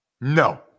No